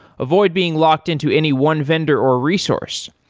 avoid being locked-in to any one vendor or resource.